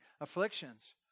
afflictions